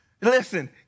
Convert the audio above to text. Listen